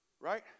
Right